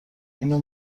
اینو